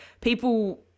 people